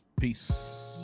peace